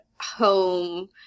Home